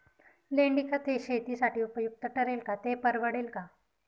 लेंडीखत हे शेतीसाठी उपयुक्त ठरेल का, ते परवडेल का?